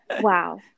Wow